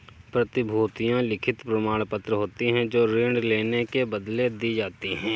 प्रतिभूतियां लिखित प्रमाणपत्र होती हैं जो ऋण लेने के बदले दी जाती है